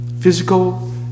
physical